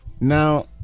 Now